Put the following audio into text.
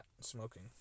smoking